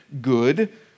good